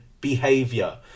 behavior